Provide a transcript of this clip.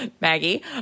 Maggie